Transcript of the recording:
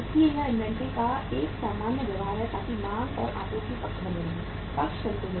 इसलिए यह इन्वेंट्री का एक सामान्य व्यवहार है ताकि मांग और आपूर्ति पक्ष बना रहे पक्ष संतुलित रहे